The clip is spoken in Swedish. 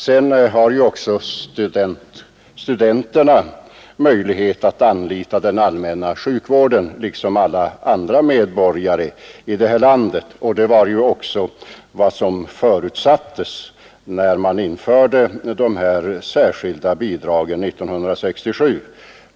Sedan har ju också studenterna möjlighet att anlita den allmänna sjukvården, liksom alla andra medborgare i detta land. Det var också vad som förutsattes när man införde de särskilda bidragen 1967.